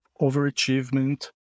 overachievement